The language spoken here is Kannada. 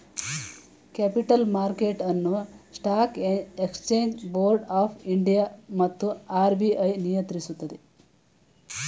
ಕ್ಯಾಪಿಟಲ್ ಮಾರ್ಕೆಟ್ ಅನ್ನು stock exchange board of India ಮತ್ತು ಆರ್.ಬಿ.ಐ ನಿಯಂತ್ರಿಸುತ್ತದೆ